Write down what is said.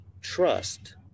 trust